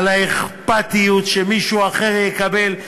על האכפתיות שמישהו אחר יקבל,